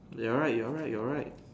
you're right you're right you're right